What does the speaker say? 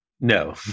no